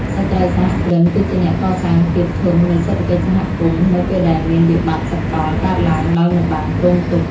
ស្ត្រីសហគ្រិនគឺជាអ្នកកសាងភាពធន់នៃសេដ្ឋកិច្ចសហគមន៍ នៅពេលដែលមានវិបត្តិសកលកើតឡើងដោយមិនបានគ្រោងទុក។